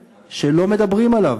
חנויות, דברים כאלה.